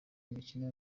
imikino